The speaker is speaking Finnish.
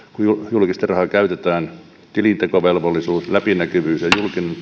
julkista rahaa käytetään tilintekovelvollisus läpinäkyvyys kun on julkista